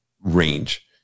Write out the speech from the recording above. range